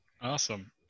Awesome